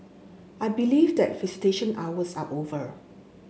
I believe that visitation hours are over